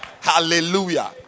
Hallelujah